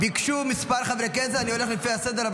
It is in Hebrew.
ביקשו כמה חברי כנסת, אני הולך לפי הסדר.